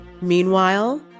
Meanwhile